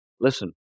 Listen